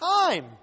time